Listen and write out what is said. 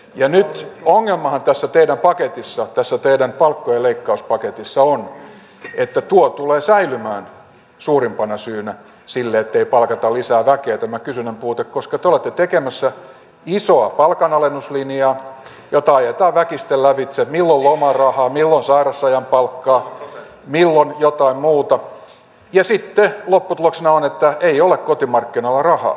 ja nyt ongelmahan tässä teidän palkkojen leikkauspaketissa on että tuo tulee säilymään suurimpana syynä siihen ettei palkata lisää väkeä tämä kysynnän puute koska te olette tekemässä isoa palkanalennuslinjaa jota ajetaan väkisten lävitse milloin lomarahaa milloin sairausajan palkkaa milloin jotain muuta ja sitten lopputuloksena on että ei ole kotimarkkinoilla rahaa